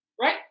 Right